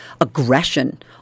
aggression